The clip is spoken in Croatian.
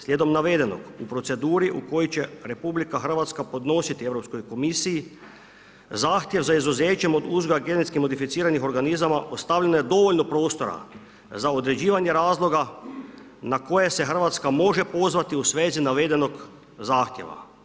Sijedom navedenog u proceduri u kojoj će Republika Hrvatska podnositi Europskoj komisiji zahtjev za izuzećem od uzgoja genetski modificiranih organizama ostavljeno je dovoljno prostora za određivanje razloga na koje se Hrvatska može pozvati u svezi navedenog zahtjeva.